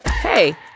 Hey